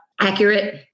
accurate